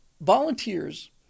volunteers